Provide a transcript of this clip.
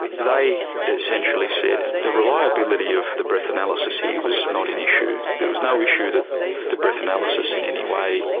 they essentially said the reliability of the breath analysis here was not an issue. there was no issue that the breath analysis in any way,